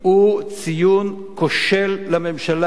הוא ציון כושל לממשלה,